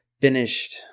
finished